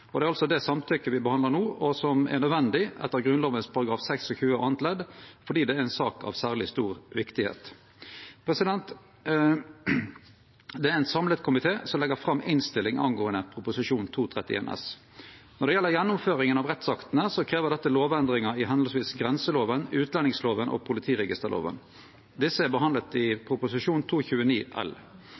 Det er altså det samtykket me behandlar no, og som er nødvendig etter Grunnlova § 26 andre ledd fordi det er ei sak av særleg stor viktigheit. Det er ein samla komité som legg fram innstillinga angåande proposisjon 231 S. Når det gjeld gjennomføringa av rettsaktene, krev det lovendringar i grenselova, utlendingslova og politiregisterlova. Desse er behandla i proposisjon